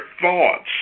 thoughts